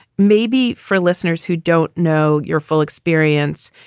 maybe for listeners who don't know your full experience,